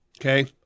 Okay